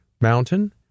mountain